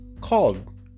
called